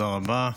תודה רבה.